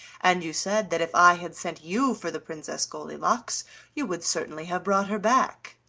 and you said that if i had sent you for the princess goldilocks you would certainly have brought her back.